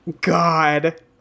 God